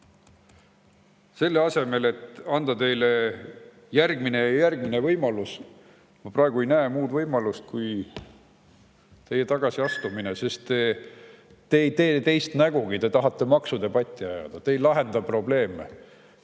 selle asemel, et anda teile järgmine ja järgmine võimalus, ei näe ma praegu muud võimalust kui teie tagasiastumine, sest te ei tee teist nägugi, te tahate maksudebatti [pidada], te ei lahenda probleeme